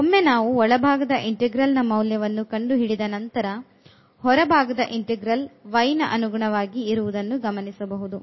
ಒಮ್ಮೆ ನಾವು ಒಳಭಾಗದ ಇಂಟೆಗ್ರಲ್ ನ ಮೌಲ್ಯವನ್ನು ಕಂಡು ಹಿಡಿದ ನಂತರ ಹೊರಭಾಗದ ಇಂಟೆಗ್ರಲ್ y ನ ಅನುಗುಣವಾಗಿ ಇರುವುದನ್ನು ಗಮನಿಸಬಹುದು